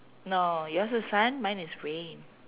no yours is sun mine is rain